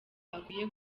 hakwiye